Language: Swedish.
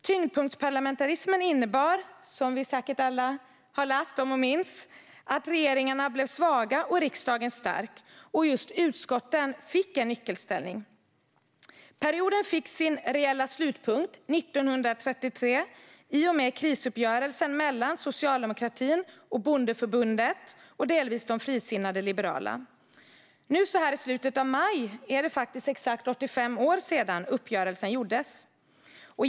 Tyngdpunktsparlamentarismen innebar, som vi säkert alla har läst om och minns, att regeringarna blev svaga och riksdagen stark, och just utskotten fick en nyckelställning. Perioden fick sin reella slutpunkt 1933 i och med krisuppgörelsen mellan socialdemokratin och bondeförbundet och delvis de frisinnade liberala. Nu så här i slutet av maj är det exakt 85 år sedan uppgörelsen gjordes.